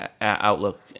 outlook